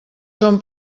són